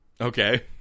Okay